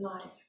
life